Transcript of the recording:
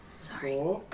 Sorry